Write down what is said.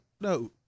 No